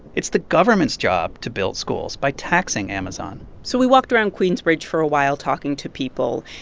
it's the government's job to build schools by taxing amazon so we walked around queensbridge for a while talking to people.